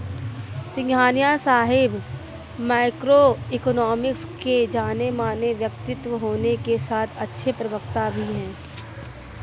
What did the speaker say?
सिंघानिया साहब microeconomics के जानेमाने व्यक्तित्व होने के साथ अच्छे प्रवक्ता भी है